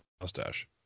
mustache